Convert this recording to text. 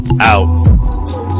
Out